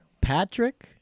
Patrick